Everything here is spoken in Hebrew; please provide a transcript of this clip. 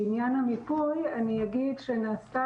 לעניין המיפוי אני אגיד שנעשתה